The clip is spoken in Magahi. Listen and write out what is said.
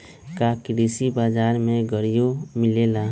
का कृषि बजार में गड़ियो मिलेला?